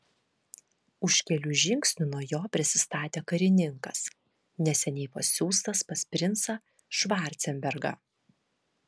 už kelių žingsnių nuo jo prisistatė karininkas neseniai pasiųstas pas princą švarcenbergą